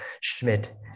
Schmidt